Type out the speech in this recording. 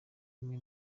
kumwe